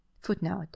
Footnote